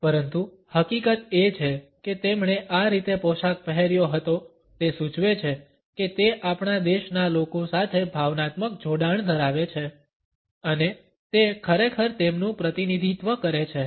પરંતુ હકીકત એ છે કે તેમણે આ રીતે પોશાક પહેર્યો હતો તે સૂચવે છે કે તે આપણા દેશના લોકો સાથે ભાવનાત્મક જોડાણ ધરાવે છે અને તે ખરેખર તેમનું પ્રતિનિધિત્વ કરે છે